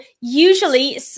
usually